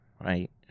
right